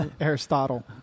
Aristotle